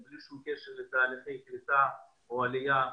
ללא קשר לתהליכי קליטה או עלייה,